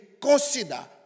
consider